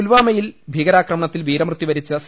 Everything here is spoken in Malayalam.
പുൽവാമയിൽ ഭീകരാക്രമണത്തിൽ വീരമൃത്യു വരിച്ച സി